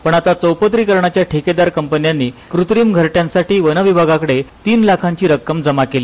पण आता चौपदरीकरणाच्या ठेकेदार कंपन्यांनी कृत्रिम घरट्यांसाठी वनविभागाकडे तीन लाखांची रक्कम जमा केली